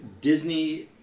disney